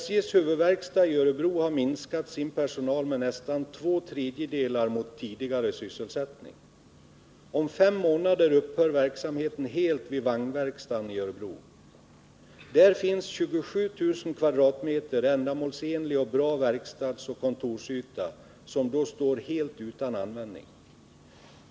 SJ:s huvudverkstad i Örebro har minskat sin personal med nästan två tredjedelar av antalet tidigare sysselsatta. Om fem månader upphör verksamheten helt vid vagnverkstaden i Örebro. Där finns 27 000 kvadratmeter ändamålsenlig och bra verkstadsoch kontorsyta som då står helt oanvänd.